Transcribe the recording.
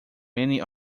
many